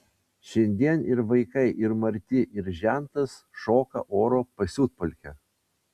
šiandien ir vaikai ir marti ir žentas šoka oro pasiutpolkę